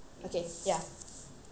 okay ya